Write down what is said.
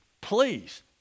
please